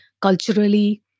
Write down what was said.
culturally